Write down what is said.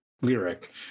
lyric